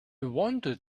wanted